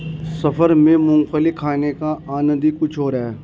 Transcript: सफर में मूंगफली खाने का आनंद ही कुछ और है